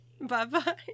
Bye-bye